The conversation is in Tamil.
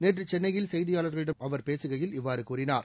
நேற்று சென்னையில் செய்தியாளர்களிடம் பேசுகையில் அவர் இவ்வாறு கூறினார்